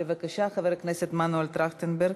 בבקשה, חבר הכנסת מנואל טרכטנברג.